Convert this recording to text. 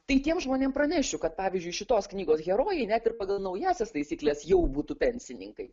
tai tiems žmonėm pranešiu kad pavyzdžiui šitos knygos herojai net ir pagal naująsias taisykles jau būtų pensininkai